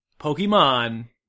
pokemon